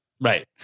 right